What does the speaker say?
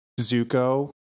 Zuko